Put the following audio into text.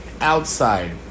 outside